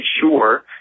sure